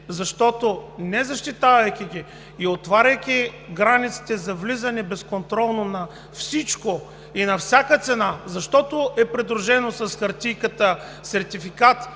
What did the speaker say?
Защото не защитавайки ги и отваряйки границите за безконтролно влизане на всичко и на всяка цена, защото е придружено с хартийката – сертификат,